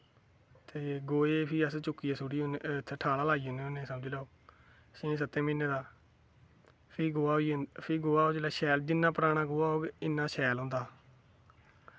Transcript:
ते फ्ही गोहा गी अस ठाला लाई ओड़ने होन्ने समझी लैओ छे सत्तें म्हीनें दा फ्ही गोहा होई जंदा फ्ही जिन्ना पराना गोहा होग इन्ना शैल होंदा